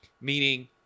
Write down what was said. Meaning